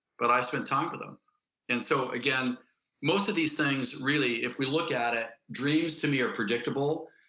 but i've spent time with them and so again most of these things, really if we look at it, dreams to me are predictable.